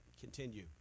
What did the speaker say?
continue